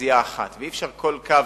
מרכזייה אחת ואי-אפשר בכל קו